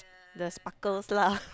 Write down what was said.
the sparkles lah